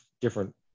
different